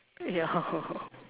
ya